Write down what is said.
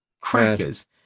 crackers